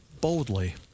boldly